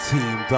Team